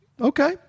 Okay